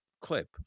clip